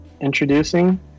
introducing